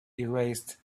erased